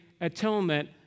atonement